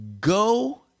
go